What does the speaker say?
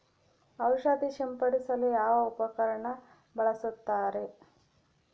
ಔಷಧಿ ಸಿಂಪಡಿಸಲು ಯಾವ ಉಪಕರಣ ಬಳಸುತ್ತಾರೆ?